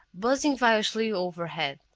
buzzing viciously overhead.